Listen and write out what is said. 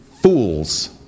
fools